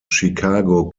chicago